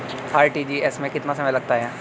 RTGS में कितना समय लगता है?